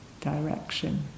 direction